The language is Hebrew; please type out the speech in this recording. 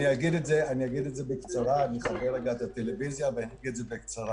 אגיד את הדברים בקצרה.